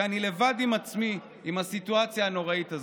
שאני לבד עם עצמי, עם הסיטואציה הנוראית הזאת.